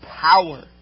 power